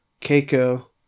Keiko